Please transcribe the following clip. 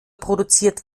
produziert